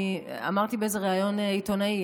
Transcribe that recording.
אני אמרתי באיזה ריאיון עיתונאי,